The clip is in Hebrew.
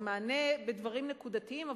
זה מענה בדברים נקודתיים,